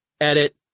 edit